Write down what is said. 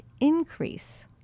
increase